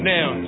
Now